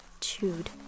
chewed